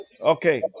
Okay